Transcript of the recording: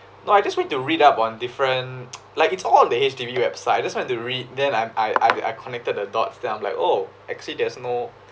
no I just want to read up on different like it's all on the H_D_B website I just want to read then I I I connected the dots then I'm like oh actually there's no